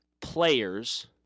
Players